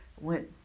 went